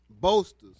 Boasters